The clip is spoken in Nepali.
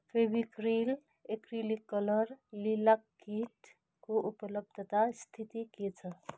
फेभिक्रिल एक्रिलिक कलर लिलाक किटको उपलब्धता स्थिति के छ